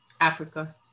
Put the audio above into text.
africa